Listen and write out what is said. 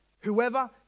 Whoever